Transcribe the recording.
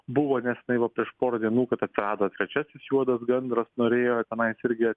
buvo nesenai va prieš pora dienų kad atsirado trečiasis juodas gandras norėjo tenais irgi